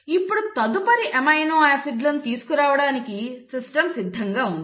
ఇప్పుడు తదుపరి amino acid లను తీసుకురావడానికి సిస్టమ్ సిద్ధంగా ఉంది